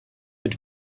mit